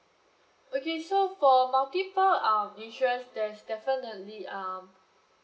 okay so for multiple um insurance there's definitely um